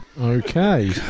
Okay